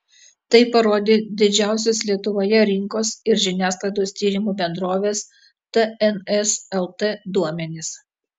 tai parodė didžiausios lietuvoje rinkos ir žiniasklaidos tyrimų bendrovės tns lt duomenys